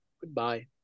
goodbye